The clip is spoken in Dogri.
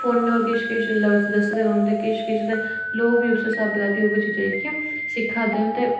फोनै र किश किश दसदे रौंहदे किश किश ते लोक बी उस्सै स्हाबै दा ओह्कियां चीज़ां जेह्कियां सिक्खा दे न ते